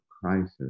crisis